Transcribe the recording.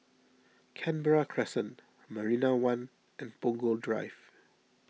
Canberra Crescent Marina one and Punggol Drive